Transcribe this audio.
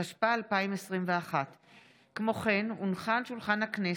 התשפ"א 2021. הצעת